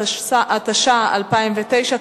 התש"ע 2009,